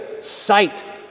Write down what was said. sight